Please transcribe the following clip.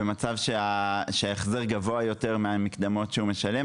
במצב שבו ההחזר גבוה יותר מהמקדמות שהוא משלם?